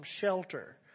shelter